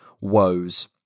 woes